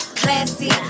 classy